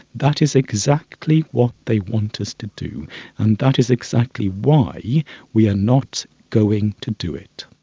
that is exactly what they want us to do, and that is exactly why we are not going to do it.